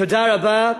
תודה רבה.